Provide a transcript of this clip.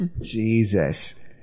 Jesus